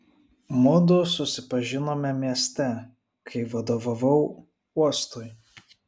mudu susipažinome mieste kai vadovavau uostui